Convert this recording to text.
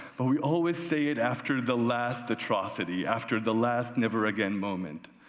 but we always say it after the last atrocity, after the last never again moment.